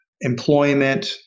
employment